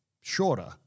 shorter